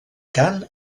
cant